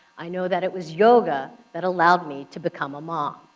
i know that it was yoga that allowed me to become a mom.